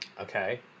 Okay